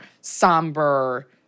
somber-